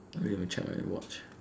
wait let me check my watch